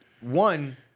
One